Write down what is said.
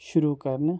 شروٗع کرنہٕ